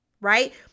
right